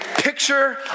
picture